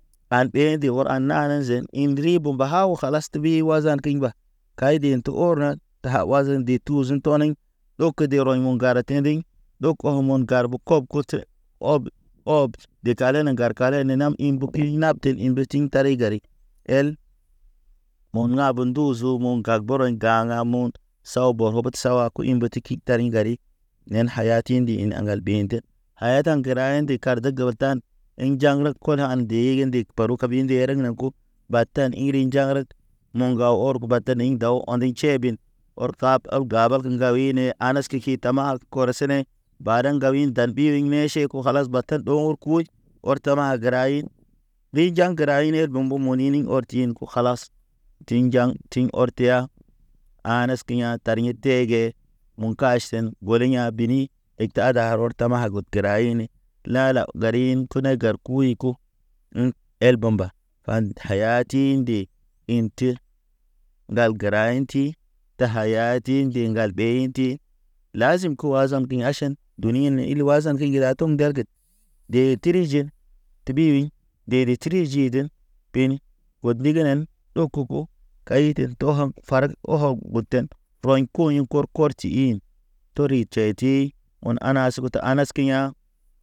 An ɗee de ur an nana zen in ri bo mbaka o kalas. Te ɓi wazan key mba. Kay den te or na, ta waza di tu zin tɔ nen loke derɔɲ mo̰ te ndiŋ. Lok omen garbo kɔb gutʃe ɔbi ɔb detale na ŋgarkale ne nam in mbuki. Kil napten in be tin tare gare, el mo̰ haben nduzu mo̰ gagbɔrɔɲ gagamɔn. Sawa bɔ ɔbɔt sawa a ku i mbat ki tari gari, nen haya tindi in aŋgal beɲ de. Haya ten gəra inti kar də gew tan, in jan rek kona an ndee ge ndig peru ka bi nde erek na gu, batab iri jan rek. Muŋga ɔr ke batan in daw ɔndi tʃeben Ɔr kab ɔl gaba ge ŋgawuy ne, anas kiki tama a kɔr sene, baden gawuyn dan ɓiri ne ʃeko. Ko kalas batan ɗɔ ŋgor kuwe, ɔr tama gəra in, li jaŋ gəra in he ndumbo nini ɔr dinko. O kalas ti njaŋ ti ɔr teya, anes kə yan tar in ɲir tege, mukaʃten gole ya̰ bini. Ektada ɔr tama gud gəra ini, nalaw garin ku ne gar ku eku. El bamba ɓan haya tindi in te ŋgal gəra in ti. Taha ya tindi ŋgal ɓe inti, lazim ko azam bḭ aʃen, duni ni il waza kə ŋgira tum nderged. De tiri jin te ɓiwi, dede tri jiden peni ɔd ɗiginen ɗɔ kupo. Kayiten tɔhen farag ɔwɔ guten rɔɲ koɲ kɔ kɔti in tori tʃay ti ɔn ana askut anas ke ya̰.